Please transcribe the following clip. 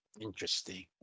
Interesting